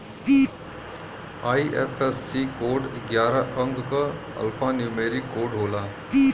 IFSC code ग्यारह अंक क एल्फान्यूमेरिक कोड होला